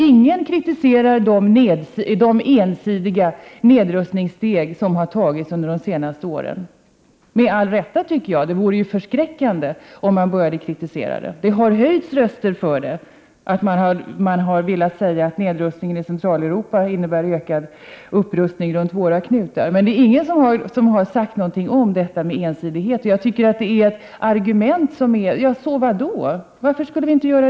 Ingen kritiserar de ensidiga nedrustningssteg som har tagits under de senaste åren — och med all rätt, tycker jag, det vore ju förskräckligt om man gjorde det. Det har höjts röster för att en nedrustning i Centraleuropa skulle innebära en ökad upprustning kring våra knutar, men ingen har sagt något om detta med ensidighet. Det är ett argument jag inte begriper.